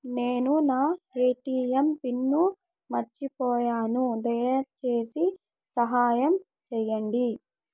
నేను నా ATM pin మర్చిపోయాను, దయచేసి సహాయం చేయండి